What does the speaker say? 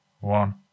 one